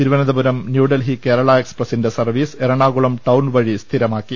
തിരുവനന്തപുരം ന്യൂഡൽഹി കേരള എക്സ്പ്രസിന്റെ service Ernakulam town വഴി സ്ഥിരമാക്കി